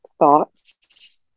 thoughts